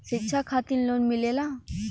शिक्षा खातिन लोन मिलेला?